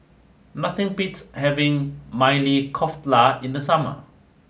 nothing beats having Maili Kofta in the summer